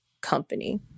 company